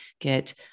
get